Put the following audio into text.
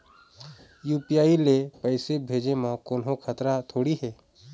UPI ले पैसे भेजे म कोन्हो खतरा थोड़ी हे?